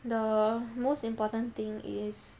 the most important thing is